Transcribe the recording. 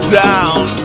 down